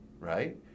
right